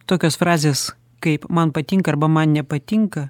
tokios frazės kaip man patinka arba man nepatinka